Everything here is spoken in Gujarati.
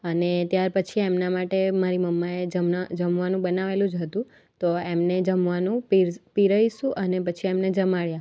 અને ત્યારપછી એમના માટે મારી મમ્માએ જમણા જમવાનું બનાવેલું જ હતું તો એમને જમવાનું પિર પિરસ્યું અને પછી એમને જમાળ્યા